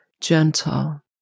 gentle